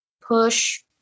push